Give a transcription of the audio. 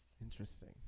Interesting